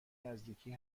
نزدیکی